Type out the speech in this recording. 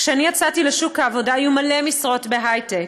כשאני יצאתי לשוק העבודה היו מלא משרות בהיי-טק.